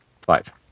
five